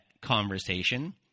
conversation